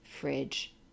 fridge